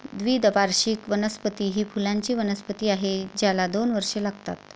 द्विवार्षिक वनस्पती ही फुलांची वनस्पती आहे ज्याला दोन वर्षे लागतात